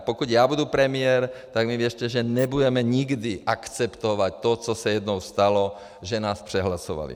Pokud já budu premiér, tak mi věřte, že nebudeme nikdy akceptovat to, co se jednou stalo, že nás přehlasovali.